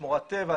שמורת טבע,